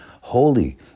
holy